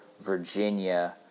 Virginia